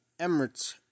Emirates